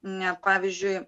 ne pavyzdžiui